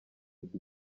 iki